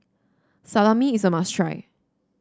salami is a must try